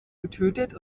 getötet